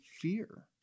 fear